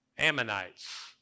Ammonites